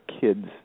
kids